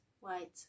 white